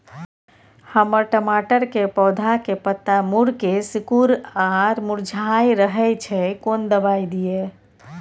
हमर टमाटर के पौधा के पत्ता मुड़के सिकुर आर मुरझाय रहै छै, कोन दबाय दिये?